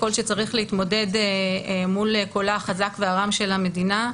קול שצריך להתמודד מול קולה החזק והרם של המדינה.